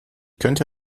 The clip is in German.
könnte